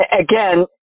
Again